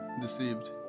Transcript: deceived